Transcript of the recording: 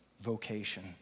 vocation